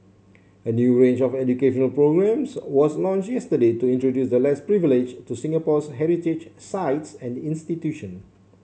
a new range of educational programmes was launched yesterday to introduce the less privileged to Singapore's heritage sites and institution